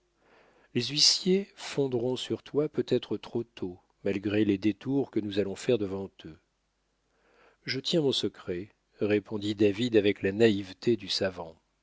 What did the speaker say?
les huissiers fondront sur toi peut-être trop tôt malgré les détours que nous allons faire devant eux je tiens mon secret répondit david avec la naïveté du savant